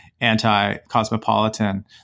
anti-cosmopolitan